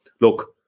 look